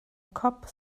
cobb